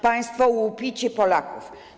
Państwo łupicie Polaków.